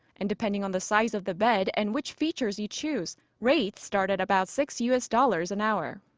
and depending on the size of the bed and which features you choose, rates start at about six u s. dollars an hour.